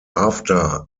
after